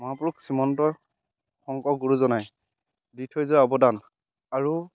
মহাপুৰুষ শ্ৰীমন্ত শংকৰ গুৰুজনাই দি থৈ যোৱা অৱদান আৰু